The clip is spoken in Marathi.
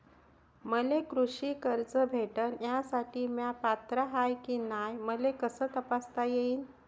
मले कृषी कर्ज भेटन यासाठी म्या पात्र हाय की नाय मले कस तपासता येईन?